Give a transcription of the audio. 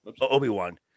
Obi-Wan